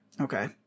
Okay